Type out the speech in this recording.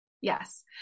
yes